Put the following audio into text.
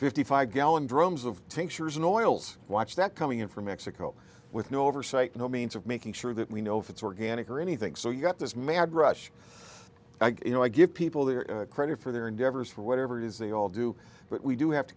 fifty five gallon drums of tinctures in oils watch that coming in from mexico with no oversight no means of making sure that we know if it's organic or anything so you got this mad rush you know i give people their credit for their endeavors for whatever it is they all do but we do have to